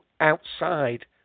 outside